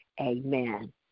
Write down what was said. Amen